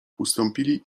ustąpili